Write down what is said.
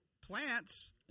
plants